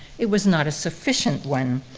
it was not a sufficient one.